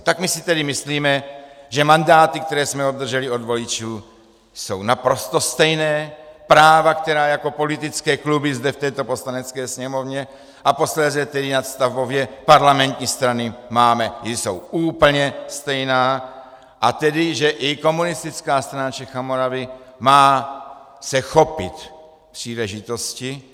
Tak my si tedy myslíme, že mandáty, které jsme obdrželi od voličů, jsou naprosto stejné, práva, která jako politické kluby zde v této Poslanecké sněmovně a posléze tedy nadstavbově parlamentní strany máme, jsou úplně stejná, a tedy že i Komunistická strana Čech a Moravy se má chopit příležitosti.